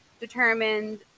determined